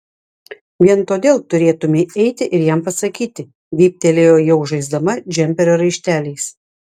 vien todėl turėtumei eiti ir jam pasakyti vyptelėjo jau žaisdama džemperio raišteliais